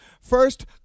First